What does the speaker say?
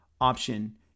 option